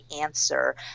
answer